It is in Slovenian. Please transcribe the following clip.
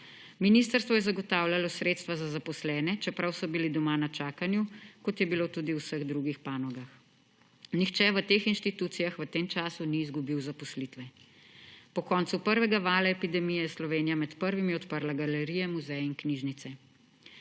Ministrstvo je zagotavljalo sredstva za zaposlene, čeprav so bili doma na čakanju, kot je bilo tudi v vseh drugih panogah. Nihče v teh institucijah v tem času ni izgubil zaposlitve. Po koncu prvega vala epidemije je Slovenija med prvimi odprla galerije, muzeje in knjižnice.